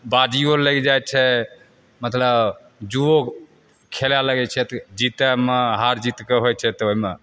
बाजियो लागि जाइ छै मतलब जुवो खेले लगै छै जीतऽमे हार जीत के होइ छै तऽ ओहिमे